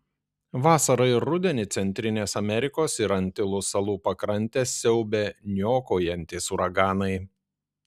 vasarą ir rudenį centrinės amerikos ir antilų salų pakrantes siaubia niokojantys uraganai